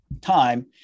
time